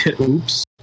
oops